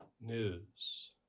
news